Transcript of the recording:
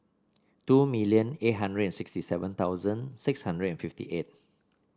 two million eight hundred and sixty seven thousand six hundred and fifty eight